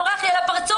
הוא מורח לי לפרצוף.